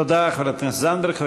תודה, חברת הכנסת זנדברג.